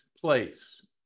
place